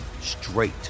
straight